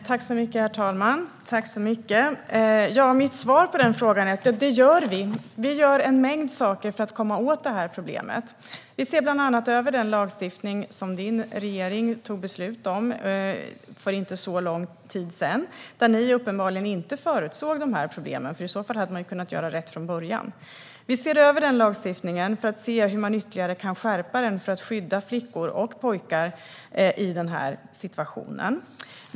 Herr talman! Mitt svar på den frågan är: Det gör vi. Vi gör en mängd saker för att komma åt problemet. Vi ser bland annat över den lagstiftning som din regering tog beslut om för inte så lång tid sedan och där ni uppenbarligen inte förutsåg problemen. I så fall hade man kunnat göra rätt från början. Vi ser över den lagstiftningen för att se hur man ytterligare kan skärpa den för att skydda flickor och pojkar i den situationen.